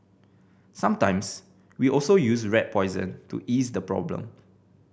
sometimes we also use rat poison to ease the problem